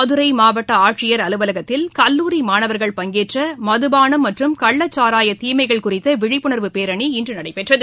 மதுரை மாவட்ட ஆட்சியர் அலுவலகத்தில் கல்லூரி மாணவர்கள் பங்கேற்ற மதுபாளம் மற்றும் கள்ளச்சாராய தீமைகள் குறித்த விழிப்புணர்வு பேரணி இன்று நடைபெற்றது